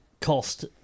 cost